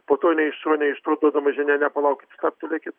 po to nei iš šio nei iš to duodama žinia ne palaukit stabtelėkit